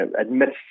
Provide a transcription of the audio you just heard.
admits